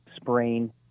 sprain